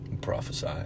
prophesy